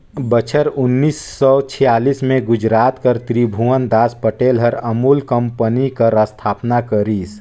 बछर उन्नीस सव छियालीस में गुजरात कर तिरभुवनदास पटेल हर अमूल कंपनी कर अस्थापना करिस